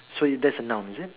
so uh that's a noun is it